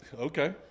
Okay